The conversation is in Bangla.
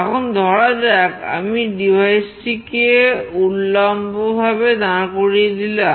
এখন ধরা যাক আমি ডিভাইসটিকে উল্লম্বভাবে দাঁড় করিয়ে দিলাম